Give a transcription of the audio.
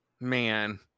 Man